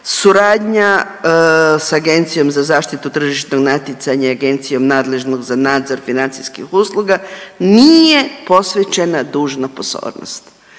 suradnja s Agencijom za zaštitu tržišnog natjecanja i agencijom nadležnom za nadzor financijskih usluga nije posvećena dužna pozornost.